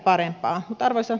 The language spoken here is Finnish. tässä aluksi